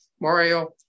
Mario